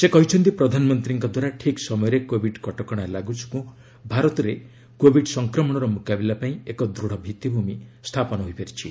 ସେ କହିଛନ୍ତି ପ୍ରଧାନମନ୍ତ୍ରୀଙ୍କ ଦ୍ୱାରା ଠିକ୍ ସମୟରେ କୋଭିଡ୍ କଟକଣା ଲାଗୁ ଯୋଗୁଁ ଭାରତରେ କୋଭିଡ୍ ସଂକ୍ରମଣର ମୁକାବିଲା ପାଇଁ ଏକ ଦୃଢ଼ ଭିଭିଭୂମି ସ୍ଥାପନ ହୋଇପାରିଛି